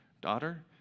Daughter